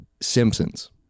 Simpsons